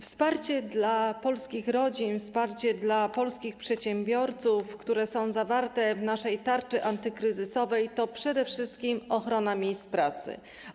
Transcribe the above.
Wsparcie dla polskich rodzin, wsparcie dla polskich przedsiębiorców, co jest zawarte w naszej tarczy antykryzysowej, to przede wszystkim ochrona miejsc pracy.